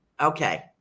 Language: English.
Okay